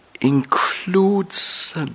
includes